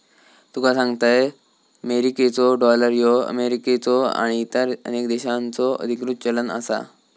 तुका सांगतंय, मेरिकेचो डॉलर ह्यो अमेरिकेचो आणि इतर अनेक देशांचो अधिकृत चलन आसा